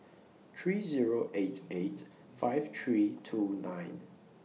three Zero eight eight five three two nine